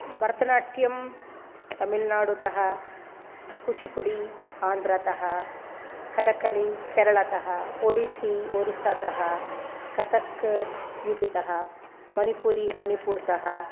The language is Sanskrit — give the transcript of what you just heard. भरतनाट्यं तमिल्नाडुतः कुचुपुडि आन्ध्रतः कतक्कळि केरळतः ओडिस्सि ओरिस्सातः कतक् युपितः मणिपुरि मणिपुर् तः